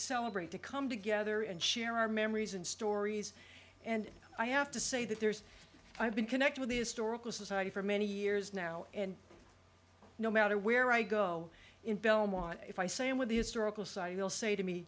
celebrate to come together and share our memories and stories and i have to say that there's i've been connect with the historical society for many years now and no matter where i go in belmont if i say i'm with the historical site you will say to me